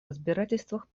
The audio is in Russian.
разбирательствах